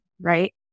right